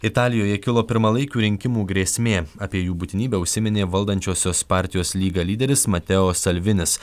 italijoje kilo pirmalaikių rinkimų grėsmė apie jų būtinybę užsiminė valdančiosios partijos lyga lyderis mateo salvinis